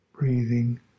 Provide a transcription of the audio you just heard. breathing